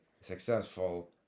successful